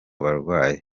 barwayi